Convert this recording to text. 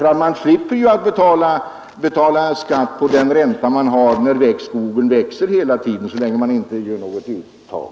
Skogsägarna slipper ju betala skatt på den ränta de uppbär i och med att skogen växer hela tiden så länge det inte görs något uttag.